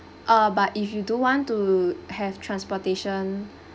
ah but if you don't want to have transportation